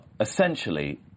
essentially